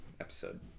episode